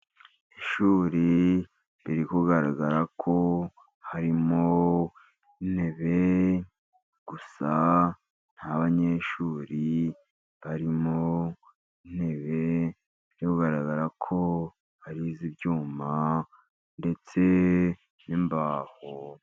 Ishuri riri kugaragara ko harimo n'intebe gusa nta banyeshuri barimo, intebe biri kugaragara ko hari iz'ibyuma ndetse n'imbaho.